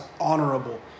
honorable